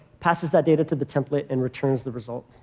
passes that data to the template, and returns the result.